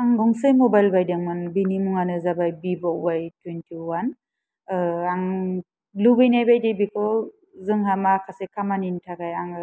आं गंसे मबाइल बायदोंमोन बिनि मुङानो जाबाय विब' वाय टुवेन्टि वान ओ आं लुबैनाय बायदि बेखौ जोंहा माखासे खामानिनि थाखाय आङो